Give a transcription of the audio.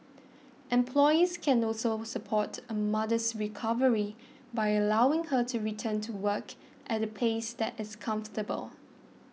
employees can also support a mother's recovery by allowing her to return to work at a pace that is comfortable